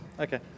Okay